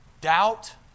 doubt